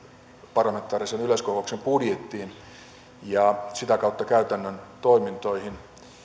parlamentaarisen yleiskokouksen budjettiin ja sitä kautta käytännön toimintoihin